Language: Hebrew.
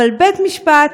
אבל בית-משפט,